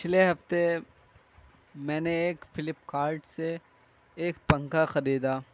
پچھلے ہفتے میں نے ایک فلپکارٹ سے ایک پنکھا خریدا